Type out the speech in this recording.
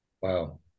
Wow